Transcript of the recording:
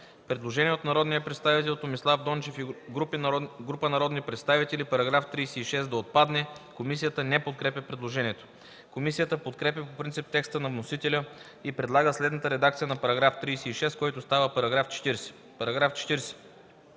Предложение от народния представител Томислав Дончев и група народни представители –§ 36 да отпадне. Комисията не подкрепя предложението. Комисията подкрепя по принцип текста на вносителя и предлагат следната редакция на § 36, който става § 40: „§ 40.